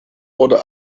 oder